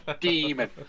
demon